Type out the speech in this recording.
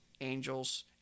Angels